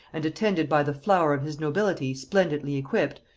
and attended by the flower of his nobility splendidly equipped,